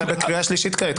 אתה בקריאה שלישית כעת,